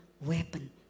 weapon